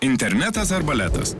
internetas ar baletas